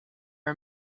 are